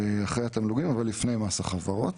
אחרי התמלוגים אבל לפני מס החברות.